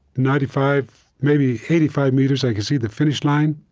ninety five, maybe eighty five meters, i can see the finish line.